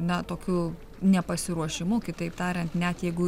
na tokiu nepasiruošimu kitaip tariant net jeigu